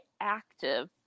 active